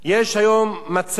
יש היום מצב